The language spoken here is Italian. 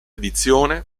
edizione